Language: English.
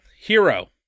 Hero